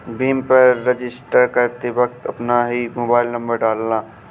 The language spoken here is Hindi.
भीम पर रजिस्टर करते वक्त अपना ही मोबाईल नंबर डालना